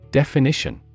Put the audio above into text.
definition